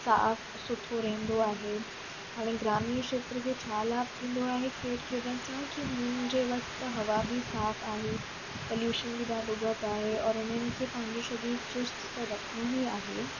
साफ़ु सुठो रहंदो आहे हाणे ग्रामीण खेत्र जो छा लाभ थींदो आहे खेलु खेॾण सां कि हुननि जे वटि त हवा बि साफ़ु आहे पोल्यूशन बि ॾाढो घटि आहे और इन्हनि खे पंहिंजो सरीरु चुस्त त रखिणो ई आहे